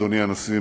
אדוני הנשיא,